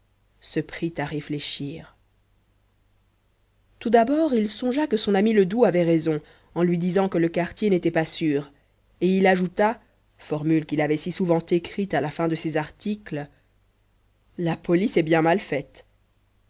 se prit à réfléchir tout d'abord il songea que son ami ledoux avait raison en lui disant que le quartier n'était pas sûr et il ajouta une formule qu'il avait si souvent écrite à la fin de ses articles la police est bien mal faite